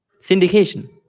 Syndication